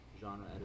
genre